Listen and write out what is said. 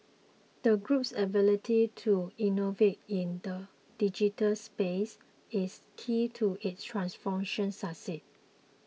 the group's ability to innovate in the digital space is key to its transformation success